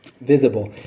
visible